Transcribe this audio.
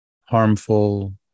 harmful